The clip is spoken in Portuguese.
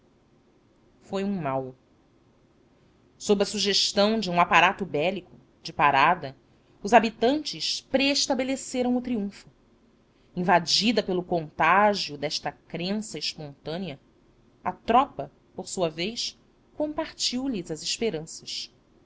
foi um mal sob a sugestão de um aparato bélico de parada os habitantes preestabeleceram o triunfo invadida pelo contágio desta crença espontânea a tropa por sua vez compartiu lhes as esperanças